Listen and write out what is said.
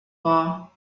war